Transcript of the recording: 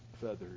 feathers